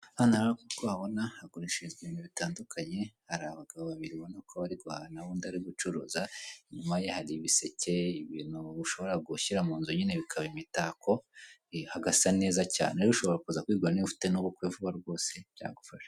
Hano hari uhabona hakoreshejwe ibintu bitandukanye, hari abagabo babiri nkuko ubibona ko bariha nandi ari gucuruza inyuma ye hari ibiseke ibintu ushobora gushyira mu nzu nyine bikaba imitako, hagasa neza cyane bishobora kuza kubigura niba ufite n'ubukwe vuba rwose byagufasha.